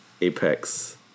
Apex